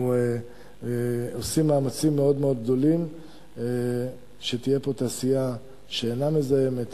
אנחנו עושים מאמצים מאוד גדולים שתהיה תעשייה שאינה מזהמת,